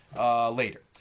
later